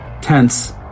tense